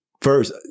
first